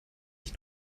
ich